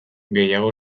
gehiago